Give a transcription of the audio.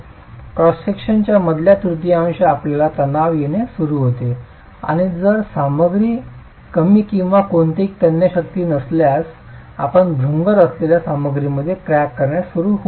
cross सेक्शनच्या मधल्या तृतीयांश आपल्याला तणाव येणे सुरू होते आणि जर सामग्री कमी किंवा कोणतीही तन्य शक्ती नसल्यास आपण भंगुर असलेल्या सामग्रीमध्ये क्रॅक होणे सुरू करू शकता